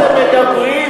על איזה עודף אתה מדבר?